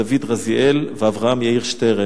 דוד רזיאל ואברהם יאיר שטרן.